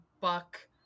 buck